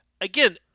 again